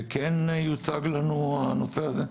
שכן יוצג לנו הנושא הזה?